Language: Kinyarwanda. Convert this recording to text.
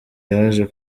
yaje